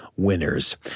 Winners